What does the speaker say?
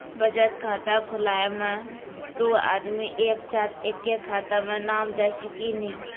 बचत खाता खुलाए मे दू आदमी एक साथ एके खाता मे नाम दे सकी नी?